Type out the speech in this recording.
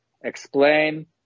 explain